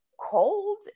cold